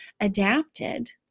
adapted